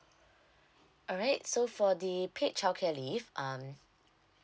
alright so for the paid childcare leave um